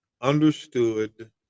understood